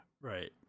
Right